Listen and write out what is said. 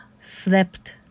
slept